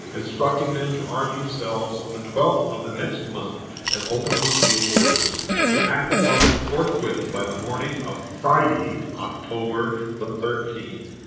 instructing them to arm themselves on the twelfth of the next month and open the sealed orders and to act upon them forthwith. by the morning of friday, october thirteen,